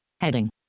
heading